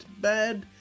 bad